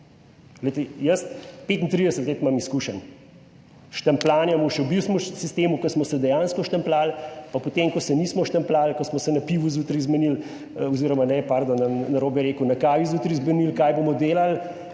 jaz 35 let imam izkušenj, štampljanje še v bivšem sistemu, ko smo se dejansko štempljali, pa potem, ko se nismo štempljali, ko smo se na pivu zjutraj zmenili, oz. ne pardon, bom narobe rekel, na kaj bi zjutraj zmenili, kaj bomo delali